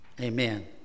Amen